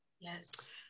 Yes